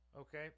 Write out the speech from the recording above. Okay